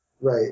Right